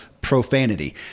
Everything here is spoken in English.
profanity